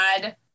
add